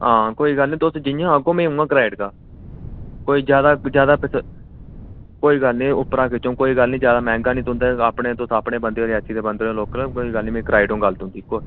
आं कोई गल्ल नेई तुस जियां आखगो मीं उआं कराई उड़गा कोई ज्यादा ज्यादा कोई गल्ल नेई उप्परां खिच्चोंग ज्यादा मैहंगा नी तुंदे तुस अपने बंदे ओ रियासी दे ओह् लोकल कोई गल्ल्ल नी में कराई उड़ोंग गल्ल तुंदी